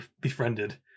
befriended